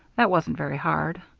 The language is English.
that wasn't very hard.